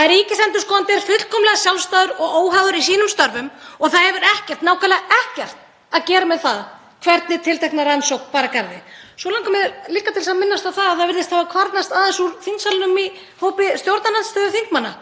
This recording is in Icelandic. að ríkisendurskoðandi er fullkomlega sjálfstæður og óháður í sínum störfum og það hefur ekkert, nákvæmlega ekkert að gera með það hvernig tiltekna rannsókn bar að garði. Svo langar mig líka til að minnast á að það virðist hafa kvarnast aðeins úr þingsalnum í hópi stjórnarandstöðuþingmanna.